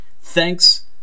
Thanks